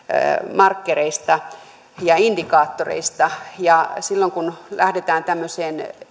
markkereista ja indikaattoreista silloin kun lähdetään tämmöiseen